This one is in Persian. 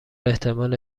احتمال